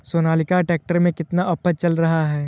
Sonalika tractor में कितना offer चल रहा है?